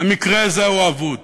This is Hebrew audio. המקרה הזה אבוד.